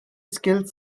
skilled